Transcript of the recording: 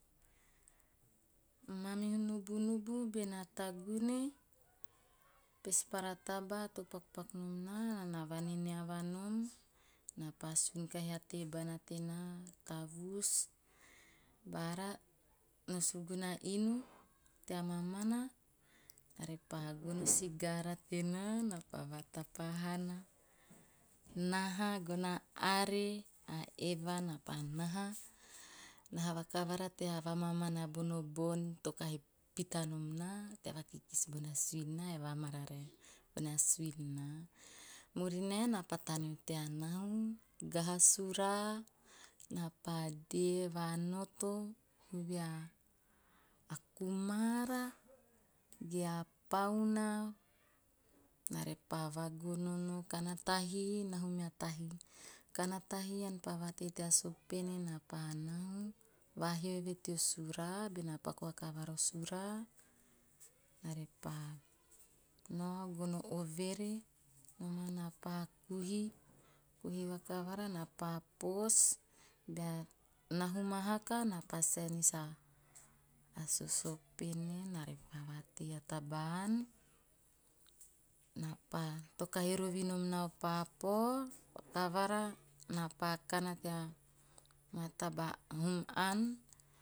Mamihu nubunubu benaa tagune pespara taba to pakupaku nom naa, noana vaneanva nom, naa pa sun kahi a tebana tena, tavus, bara no suguna inu tea mamani, na repa gono sigara tenaa, naa pa vatapa hana, naha gono a are, a eva na pa naha, naha vakavara tea vamamana bono bon to kahi pita nom naa, tea vakikis bona suin naa ae va mararae bona suin naa. Murinae naa pa tanea tea nahu, gaha sura naa pa ddeee, vanoto, huvi a kumara ge a pauna na repa va gonono, kana tahi, nahu mea bona tahi. Kana tahi naa pa vatei tea sapene napa nao vahio eve teo sura nare pa nao, gono overe, naa pa kuhi, kuhi vakavara naa pa pos. Bea nahu mahaka naa pa saenis sosopene na repa vatei a taba ann, to kahi rovi nom naa o papao, vakavara naa pa kana tea maa hum ann,